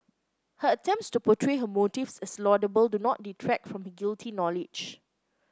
her attempts to portray her motives as laudable do not detract from her guilty knowledge